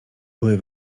były